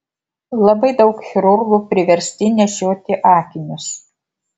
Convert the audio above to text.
labai daug chirurgų priversti nešioti akinius